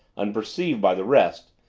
unperceived by the rest,